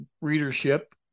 readership